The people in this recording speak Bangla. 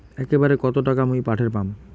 একবারে কত টাকা মুই পাঠের পাম?